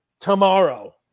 tomorrow